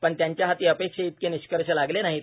पण त्यांच्या हाती अपेक्षेइतके निष्कर्ष लागले नाहीत